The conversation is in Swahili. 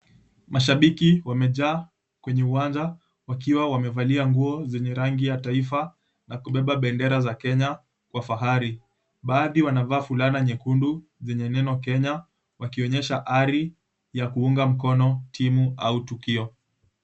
Mashabiki wamejaa kwenye uwanja wakiwa wamevalia nguo zenye rangi ya taifa na kubeba bendera za Kenya kwa fahari. Baadhi wanavaa fulana nyekundu zenye neno Kenya, wakionyesha ari ya kuunga mkono timu au tukio.